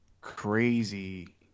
crazy